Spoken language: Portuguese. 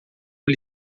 lhe